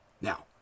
Now